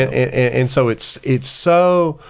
and so it's it's so,